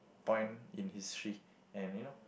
point in history and you know